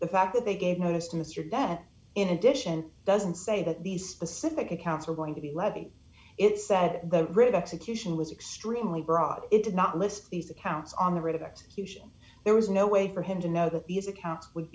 the fact that they gave notice to mr that in addition doesn't say that these specific accounts are going to be levy it said the grid execution was extremely broad it did not list these accounts on the writ of execution there was no way for him to know that these accounts would